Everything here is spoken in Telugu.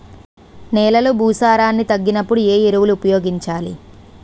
నెలలో భూసారాన్ని తగ్గినప్పుడు, ఏ ఎరువులు ఉపయోగించాలి?